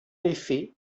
effet